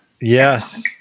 Yes